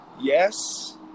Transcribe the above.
yes